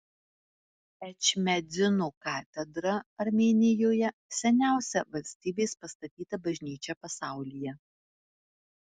ečmiadzino katedra armėnijoje seniausia valstybės pastatyta bažnyčia pasaulyje